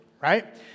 right